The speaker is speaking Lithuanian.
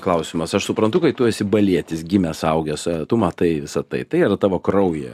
klausimas aš suprantu kai tu esi balietis gimęs augęs tu matai visą tai tai yra tavo kraujyje